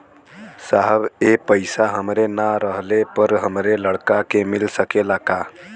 साहब ए पैसा हमरे ना रहले पर हमरे लड़का के मिल सकेला का?